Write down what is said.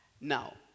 Now